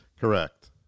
Correct